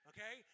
Okay